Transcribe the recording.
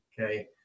okay